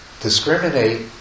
discriminate